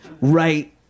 right